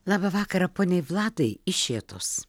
labą vakarą poniai vladai iš šėtos